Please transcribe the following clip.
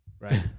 right